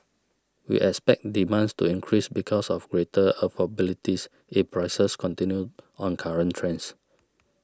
we expect demands to increase because of greater afford abilities if prices continue on current trends